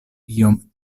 iom